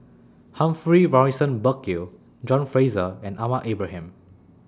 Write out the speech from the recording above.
Humphrey Morrison Burkill John Fraser and Ahmad Ibrahim